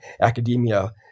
Academia